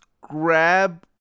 grab